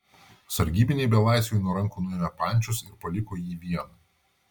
sargybiniai belaisviui nuo rankų nuėmė pančius ir paliko jį vieną